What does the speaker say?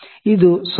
ಇದು 0